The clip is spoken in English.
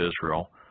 Israel